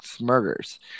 murders